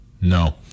no